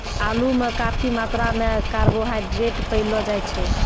आलू म काफी मात्रा म कार्बोहाइड्रेट पयलो जाय छै